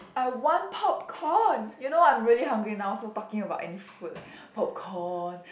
I want popcorn you know I'm really hungry now so talking about any food like popcorn